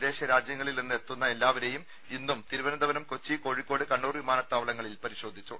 വിദേശ രാജ്യങ്ങളിൽ നിന്നും എത്തുന്ന എല്ലാവരെയും ഇന്നും തിരുവനന്തപുരം കൊച്ചി കോഴിക്കോട് കണ്ണൂർ വിമാനത്താവളങ്ങളിൽ പരിശോധിച്ചു